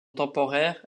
temporaire